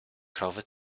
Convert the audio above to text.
krowy